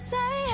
Say